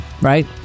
right